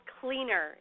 cleaner